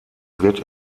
wird